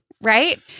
Right